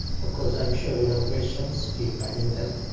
of course, i'm sure you have questions. keep adding them.